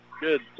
Good